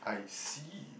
I see